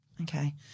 Okay